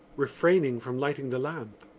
refraining from lighting the lamp.